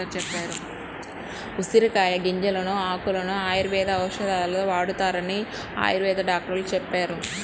ఉసిరికాయల గింజలను, ఆకులను ఆయుర్వేద ఔషధాలలో వాడతారని ఆయుర్వేద డాక్టరు చెప్పారు